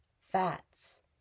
fats